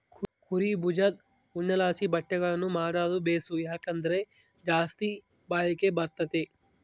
ಕುರೀ ಬುಜದ್ ಉಣ್ಣೆಲಾಸಿ ಬಟ್ಟೆಗುಳ್ನ ಮಾಡಾದು ಬೇಸು, ಯಾಕಂದ್ರ ಜಾಸ್ತಿ ಬಾಳಿಕೆ ಬರ್ತತೆ